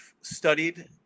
studied